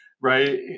Right